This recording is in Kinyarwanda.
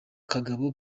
kagabo